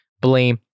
blame